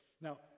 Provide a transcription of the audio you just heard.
Now